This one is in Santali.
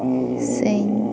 ᱥᱮᱧ